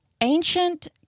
ancient